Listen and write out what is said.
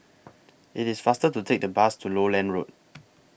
IT IS faster to Take The Bus to Lowland Road